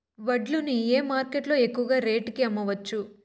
వడ్లు ని ఏ మార్కెట్ లో ఎక్కువగా రేటు కి అమ్మవచ్చు?